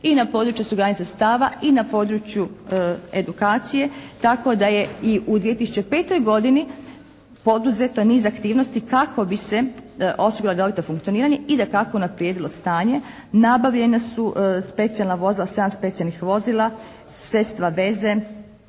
i na području osiguranja sredstava i na području edukacije tako da je i u 2005. poduzeto niz aktivnosti kako bi se osiguralo redovito funkcioniranje i dakako unaprijedilo stanje. Nabavljena su specijalna vozila, 7 specijalnih vozila, sredstva veze,